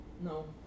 no